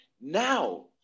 now